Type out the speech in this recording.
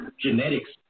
Genetics